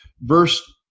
Verse